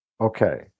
okay